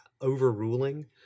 overruling